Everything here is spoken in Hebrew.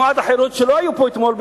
אנשי תנועת החרות שלא היו פה אתמול,